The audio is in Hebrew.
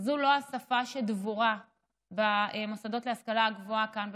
זו לא השפה שדבורה במוסדות להשכלה גבוהה כאן,